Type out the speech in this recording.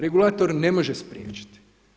Regulator ne može spriječiti.